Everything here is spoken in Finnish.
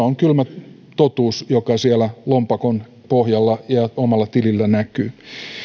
on kylmä totuus joka siellä lompakon pohjalla ja omalla tilillä näkyy